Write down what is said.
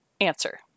Answer